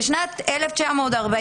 בשנת 1948